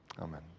Amen